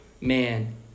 man